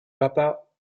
papa